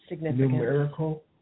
numerical